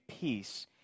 peace